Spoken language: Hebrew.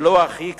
ולו הכי קטן,